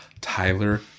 Tyler